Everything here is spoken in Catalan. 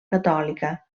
catòlica